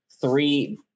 three